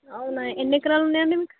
అవునా ఎన్ని ఎకరాలు ఉన్నాయండి మీకు